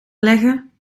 leggen